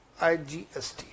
igst